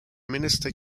minister